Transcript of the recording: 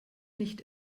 nicht